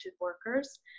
workers